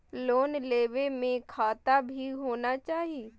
Loan लेबे में खाता भी होना चाहि?